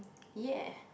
yeah